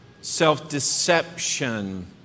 self-deception